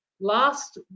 Last